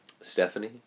Stephanie